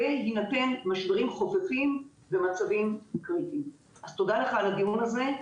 האירוע הזה שבו משפחה נאבקת על הקיום וצריכה לדאוג שיהיה מזון לילדיה,